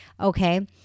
Okay